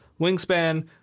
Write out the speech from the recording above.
wingspan